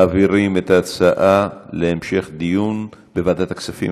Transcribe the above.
מעבירים את ההצעה להמשך דיון בוועדת הכספים,